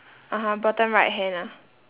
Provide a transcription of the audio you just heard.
(uh huh) bottom right hand ah